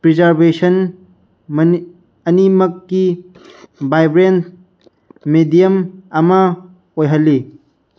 preservation ꯑꯅꯤꯃꯛꯀꯤ ꯕꯥꯏꯕ꯭ꯔꯦꯟ medium ꯑꯃ ꯑꯣꯏꯍꯜꯂꯤ